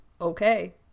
okay